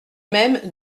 même